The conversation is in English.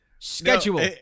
Schedule